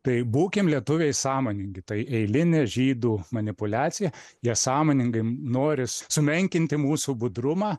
tai būkim lietuviai sąmoningi tai eilinė žydų manipuliacija jie sąmoningai norisi sumenkinti mūsų budrumą